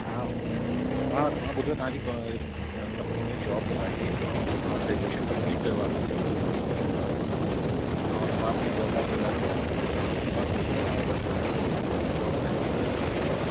हा ओ मां मां ॿुधो आहे तव्हांजी को कंपनी में जॉब आहे ऐं मां ग्रैज्यूएशन कम्पलीट कयो आहे पंहिंजो ठीकु आहे हा त मां बि जॉब लाइ ई ॻोल्हियां थो इन वा ॿुधो आहे तव्हां वटि जॉब आहे इनमें